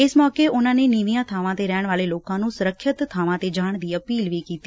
ਇਸ ਸੌਕੇ ਉਨਾ ਨੇ ਨੀਵੀਆਂ ਬਾਵਾਂ ਤੇ ਰਹਿਣ ਵਾਲੇ ਲੋਕਾ ਨੂੰ ਸੁਰੱਖਿਅਤ ਬਾਵਾਂ ਤੇ ਜਾਣ ਦੀ ਅਪੀਲ ਵੀ ਕੀਤੀ